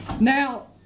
Now